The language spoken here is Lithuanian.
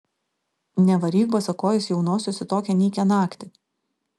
nevaryk basakojės jaunosios į tokią nykią naktį